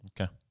Okay